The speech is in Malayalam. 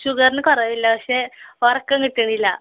ഷുഗർന് കുറവില്ല പക്ഷേ ഉറക്കം കിട്ടണില്ല